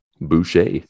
Boucher